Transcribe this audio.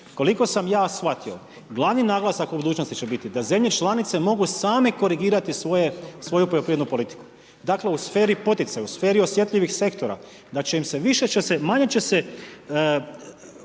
Koliko sam ja shvatio, glavni naglasak u budućnosti će biti da zemlje članice mogu same korigirati svoju poljoprivrednu politiku. Dakle, u sferi poticaja, u sferi osjetljivih sektora, da će im se, više će se, manje će se